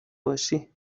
باشی